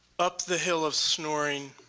up the hill of snoring,